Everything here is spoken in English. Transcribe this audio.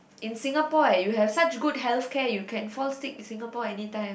in Singapore eh you have such good healthcare you can fall sick in Singapore anytime